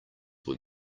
were